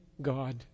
God